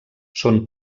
són